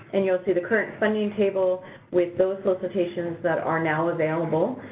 and you'll see the current funding table with those solicitations that are now available,